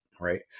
Right